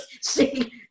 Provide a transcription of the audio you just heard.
see